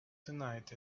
tonight